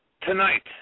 tonight